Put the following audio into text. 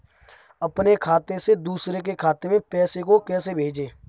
अपने खाते से दूसरे के खाते में पैसे को कैसे भेजे?